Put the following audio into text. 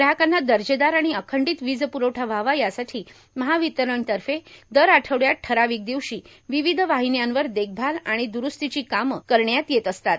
ग्राहकांना दर्जेदार आणि अखंडित वीजप्रवठा व्हावा यासाठी महावितरणतर्फ़े दर आठवड्यात ठाराविक दिवशी विविध वाहिन्यांवर देखभाल आणि द्रुस्तीची ही कामे करण्यात येत असतात